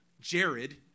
Jared